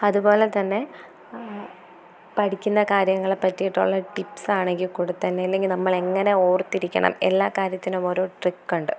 അതുപോലെത്തന്നെ പഠിക്കുന്ന കാര്യങ്ങളെ പറ്റിയിട്ടുള്ള ടിപ്സാണെങ്കിൽ കൂടെത്തന്നെ അല്ലെങ്കിൽ നമ്മളെങ്ങനെ ഓർത്തിരിക്കണം എല്ലാ കാര്യത്തിനും ഓരോ ട്രിക്കുണ്ട്